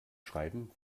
schreiben